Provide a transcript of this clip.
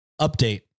Update